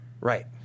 Right